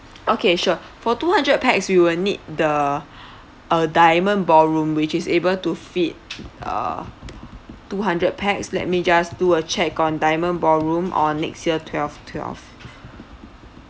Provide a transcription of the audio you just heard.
okay sure for two hundred pax we will need the uh diamond ballroom which is able to fit uh two hundred pax let me just do a check on diamond ballroom on next year twelve twelve